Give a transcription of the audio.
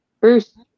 Bruce